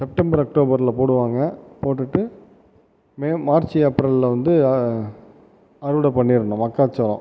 September அக்ட்டோபரில் போடுவாங்க போட்டுவிட்டு மே மார்ச் ஏப்ரலில் வந்து அறுவடை பண்ணிடணும் மக்காச்சோளம்